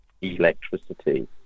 electricity